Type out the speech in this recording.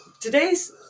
today's